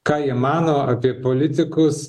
ką jie mano apie politikus